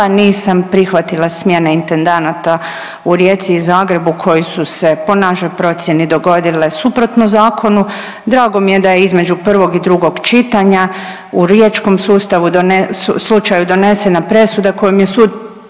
nisam prihvatila smjene intendanata u Rijeci i Zagrebu koji su se po našoj procjeni dogodile suprotno zakonu. Drago mi je da je između prvog i drugog čitanja u riječkom slučaju donesena presuda kojom je sud